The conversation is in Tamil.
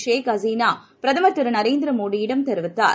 ஷேக் ஹசீனா பிரதமர் நரேந்திர மோடியிடம் தெரிவித்தார்